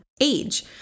age